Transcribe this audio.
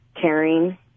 caring